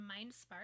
MindSpark